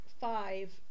Five